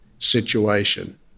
situation